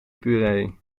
puree